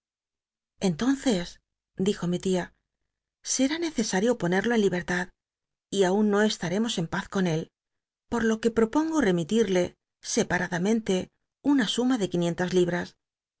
entonces dijo mi tia sení necesario ponerlo en libertad y aun no eslat'emos en paz con él pór jo que propongo remitil'le separadamente una suma de quinientas libras